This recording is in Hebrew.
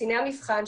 קציני המבחן,